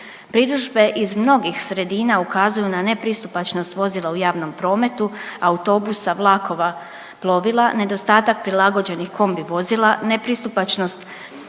Pritužbe iz mnogih sredina ukazuju na nepristupačnost vozila u javnom prometu autobusa, vlakova, plovila, nedostatak prilagođenih kombi vozila, nepristupačnost